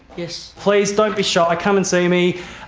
yes. please, don't be shy, come and see me.